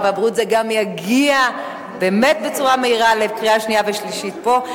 הרווחה והבריאות זה גם יגיע באמת בצורה מהירה לקריאה שנייה ושלישית פה.